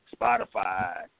Spotify